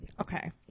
Okay